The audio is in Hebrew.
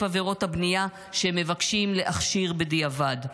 עבירות הבנייה שמבקשים להכשיר בדיעבד.